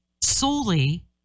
solely